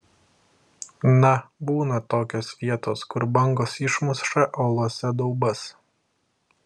na būna tokios vietos kur bangos išmuša uolose daubas